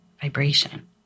vibration